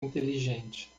inteligente